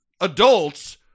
adults